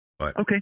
Okay